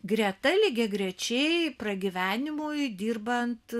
greta lygiagrečiai pragyvenimui dirbant